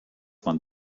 man